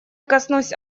коснусь